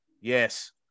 Yes